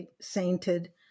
sainted